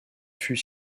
fût